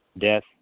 Death